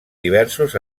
diversos